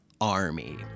Army